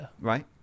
Right